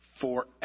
forever